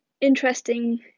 interesting